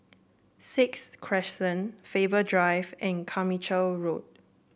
Sixth Crescent Faber Drive and Carmichael Road